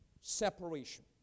separation